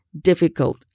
difficult